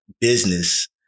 business